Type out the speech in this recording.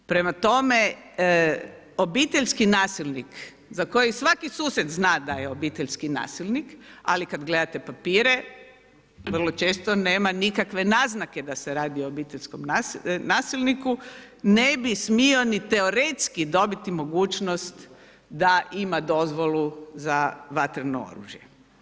Prema tome, obiteljski nasilnik za kojeg svaki susjed zna da je obiteljski nasilnik, ali kada gledate papire vrlo često nema nikakve naznake da se radi o obiteljskom nasilniku, ne bi smio ni teoretski dobiti mogućnost da ima dozvolu za vatreno oružje.